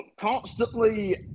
constantly